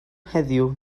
heddiw